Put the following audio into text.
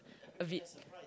a bit